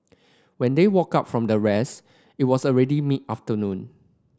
when they woke up from their rest it was already mid afternoon